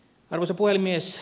arvoisa puhemies